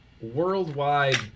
worldwide